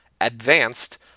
advanced